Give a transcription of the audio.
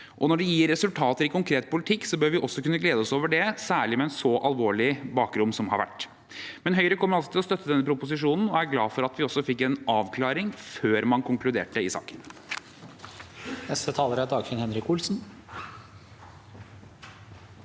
Når det gir resultater i konkret politikk, bør vi også kunne glede oss over det, særlig med det alvorlige bakteppet som har vært. Høyre kommer altså til å støtte denne proposisjonen og er glad for at vi også fikk en avklaring før man konkluderte i saken.